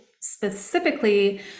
specifically